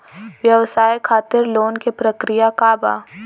व्यवसाय खातीर लोन के प्रक्रिया का बा?